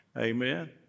Amen